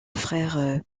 frère